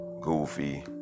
goofy